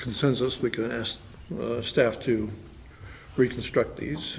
consensus we could as a staff to reconstruct these